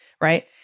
Right